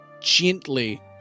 gently